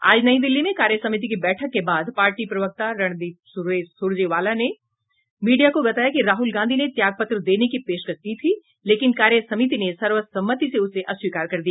आज नई दिल्ली में कार्य समिति की बैठक के बाद पार्टी प्रवक्ता रणदीप सुरजेवाला ने मीडिया को बताया कि राहुल गांधी ने त्याग पत्र देने की पेशकश की थी लेकिन कार्य समिति ने सर्वसम्मति से उसे अस्वीकार कर दिया